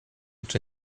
czy